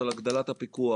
דיברת על הגדלת הפיקוח,